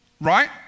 right